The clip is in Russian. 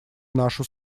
нашу